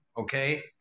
Okay